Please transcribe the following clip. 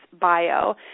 bio